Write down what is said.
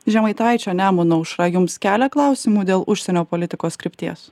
žemaitaičio nemuno aušra jums kelia klausimų dėl užsienio politikos krypties